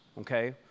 okay